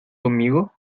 conmigo